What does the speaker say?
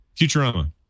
Futurama